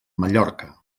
mallorca